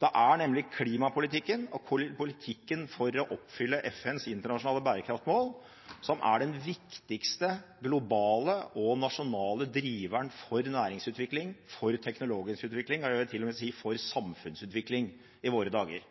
Det er nemlig klimapolitikken og politikken for å oppfylle FNs internasjonale bærekraftmål som er den viktigste globale og nasjonale driveren for næringsutvikling, for teknologisk utvikling og, jeg vil til og med si, for samfunnsutvikling i våre dager.